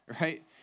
right